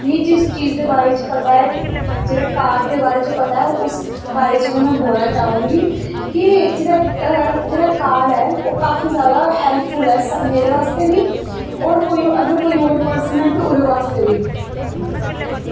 मिगी जिस चीज दे बारे च पता ऐ जेह्ड़े कार्ड दे बारे च पता ऐ उस बारे च गै में बोलना चाह्ङ कि जेह्ड़ा कार्ड ऐ ओह् काफी जादा हैल्पफुल ऐ मेरे बास्तै बी अगर कोई होर पर्सन ऐ ते ओह्दे बास्तै बी